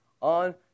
on